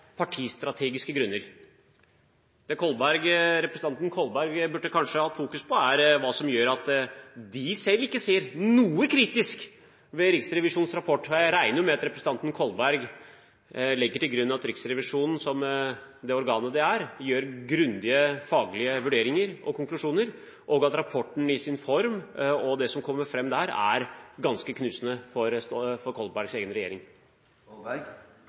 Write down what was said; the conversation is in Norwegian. partistrategiske grunner. Det som representanten Kolberg kanskje burde fokusert på, er hva som gjør at man selv ikke ser noe kritisk ved Riksrevisjonens rapport. Jeg regner med at representanten Kolberg legger til grunn at Riksrevisjonen som det organet det er, gjør grundige faglige vurderinger og konklusjoner, og at rapporten i sin form og det som kommer fram der, er ganske knusende for representanten Kolbergs egen regjering.